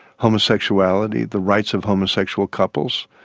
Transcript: homosexuality, the rights of homosexual couples.